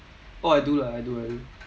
oh I do lah I do I do